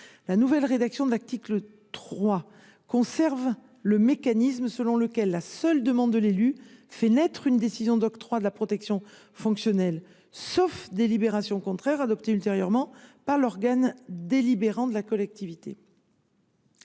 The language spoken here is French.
La nouvelle rédaction de l’article 3 que nous proposons conserve le mécanisme selon lequel la seule demande de l’élu fait naître une décision d’octroi de la protection fonctionnelle, sauf délibération contraire adoptée ultérieurement par l’organe délibérant de la collectivité.